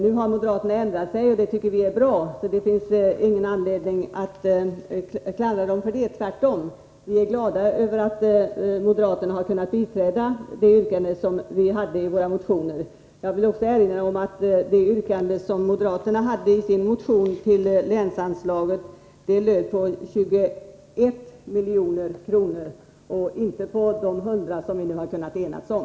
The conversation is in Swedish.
Nu har moderaterna ändrat sig, vilket vi tycker är bra. Därför finns det ingen anledning att klandra moderaterna, tvärtom. Vi är glada över att moderaterna har kunnat biträda våra motionsyrkanden. Jag vill också erinra om att moderaternas yrkande i motionen om länsanslaget gällde 21 milj.kr. och inte 100 milj.kr., som vi nu har kunnat enas om.